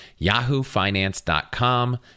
yahoofinance.com